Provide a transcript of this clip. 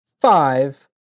five